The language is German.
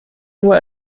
nur